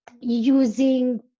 using